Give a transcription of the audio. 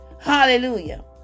Hallelujah